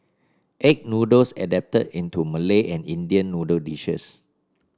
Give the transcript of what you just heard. egg noodles adapted into Malay and Indian noodle dishes